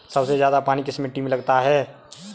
सबसे ज्यादा पानी किस मिट्टी में लगता है?